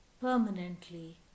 Permanently